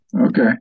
Okay